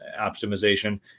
optimization